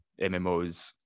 mmos